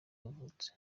yavutse